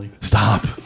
stop